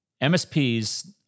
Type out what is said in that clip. MSPs